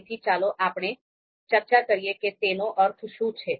તેથી ચાલો આપણે ચર્ચા કરીએ કે તેનો અર્થ શું છે